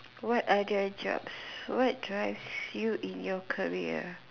what other jobs what drives you in your career